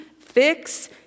fix